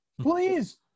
Please